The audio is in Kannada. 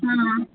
ಹಾಂ